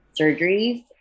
surgeries